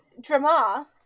drama